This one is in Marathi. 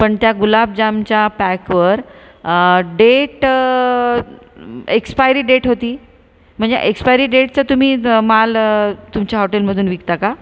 पण त्या गुलाबजामच्या पॅकवर डेट एक्सपायरी डेट होती म्हणजे एक्सपायरी डेटचं तुम्ही माल तुमच्या हॉटेलमधून विकता का